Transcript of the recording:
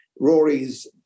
Rory's